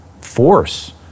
force